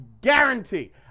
guarantee